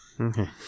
Okay